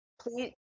Please